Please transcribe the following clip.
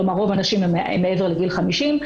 כלומר רוב הנשים הן מעבר לגיל 50,